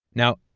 now,